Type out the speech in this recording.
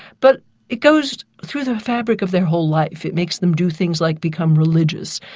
but it goes through the fabric of their whole life it makes them do things like become religious,